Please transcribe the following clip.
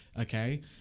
okay